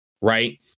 Right